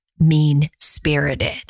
mean-spirited